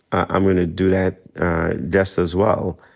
i'm gonna do that just as well.